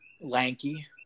lanky